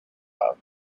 out